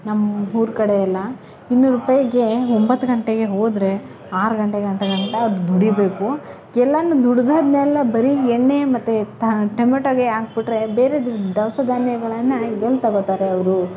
ನಮ್ಮ ಊರ ಕಡೆಯೆಲ್ಲ ಇನ್ನೂರು ರೂಪಾಯಿಗೆ ಒಂಬತ್ತು ಗಂಟೆಗೆ ಹೋದರೆ ಆರು ಗಂಟೆಗೆ ಅಂತ ಕಂತ ದುಡಿಬೇಕು ಎಲ್ಲನೂ ದುಡ್ದು ಆದ್ಮೇಲೆ ಬರೀ ಎಣ್ಣೆ ಮತ್ತು ತ ಟೊಮೆಟೊಗೆ ಹಾಕ್ಬಿಟ್ರೆ ಬೇರೆದ್ದು ದವಸ ಧಾನ್ಯಗಳನ್ನ ಹೆಂಗೆ ತಗೊಳ್ತಾರೆ ಅವರು